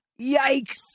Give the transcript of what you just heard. Yikes